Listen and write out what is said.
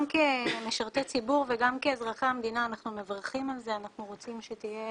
אנחנו רוצים שיהיה